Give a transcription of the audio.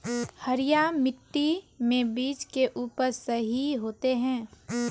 हरिया मिट्टी में बीज के उपज सही होते है?